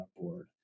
board